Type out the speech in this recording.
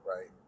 Right